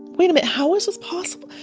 wait a bit, how is this possible?